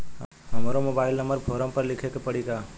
हमरो mobile number forum पर लिखे के पड़ी का?